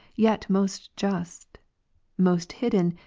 yet most just most hidden,